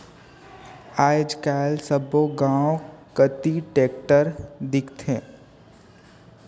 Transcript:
आएज काएल सब्बो गाँव कती टेक्टर दिखथे